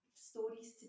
stories